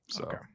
Okay